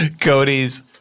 Cody's